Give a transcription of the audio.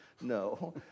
No